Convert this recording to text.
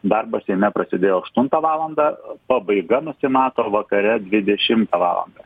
darbas seime prasidėjo aštuntą valandą pabaiga nusimato vakare dvidešimtą valandą